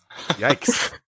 Yikes